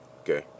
okay